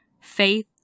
faith